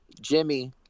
Jimmy